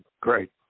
Great